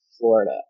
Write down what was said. Florida